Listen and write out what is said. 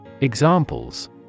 Examples